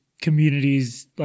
communities